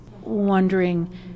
wondering